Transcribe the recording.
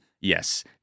yes